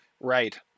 Right